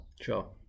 Sure